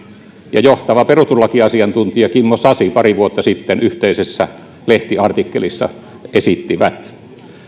ja johtava perustuslakiasiantuntija kimmo sasi pari vuotta sitten yhteisessä lehtiartikkelissa esittivät